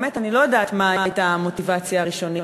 אני לא יודעת מה הייתה המוטיבציה הראשונית,